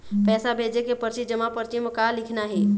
पैसा भेजे के परची जमा परची म का लिखना हे?